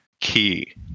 key